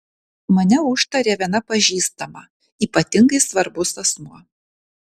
mane užtarė viena pažįstama ypatingai svarbus asmuo